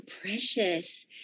precious